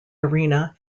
arena